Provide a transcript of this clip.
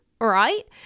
right